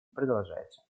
продолжаются